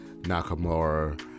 Nakamura